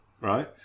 right